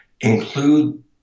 include